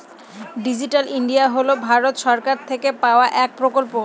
digital India হল ভারত সরকার থেকে পাওয়া এক প্রকল্প